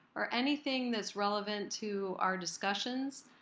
or anything that's relevant to our discussions.